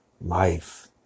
life